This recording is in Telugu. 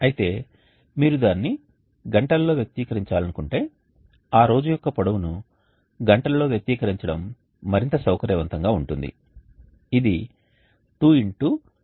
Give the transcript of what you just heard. అయితే మీరు దానిని గంటలలో వ్యక్తీకరించాలనుకుంటే ఆ రోజు యొక్క పొడవుని గంటలలో వ్యక్తీకరించడం మరింత సౌకర్యవంతంగా ఉంటుంది